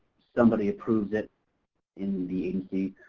somebody approves it in the agency,